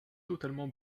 totalement